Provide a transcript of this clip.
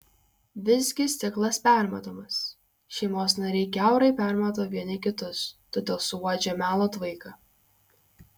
visgi stiklas permatomas šeimos nariai kiaurai permato vieni kitus todėl suuodžia melo tvaiką